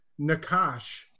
Nakash